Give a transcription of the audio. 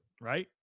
right